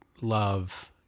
love